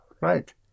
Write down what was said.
Right